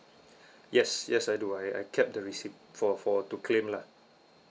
yes yes I do I I kept the receipt for for to claim lah